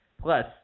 Plus